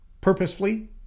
purposefully